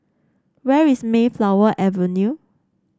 where is Mayflower Avenue